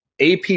AP